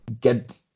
get